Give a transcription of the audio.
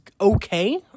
okay